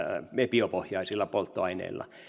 biopohjaisilla polttoaineilla